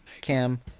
Cam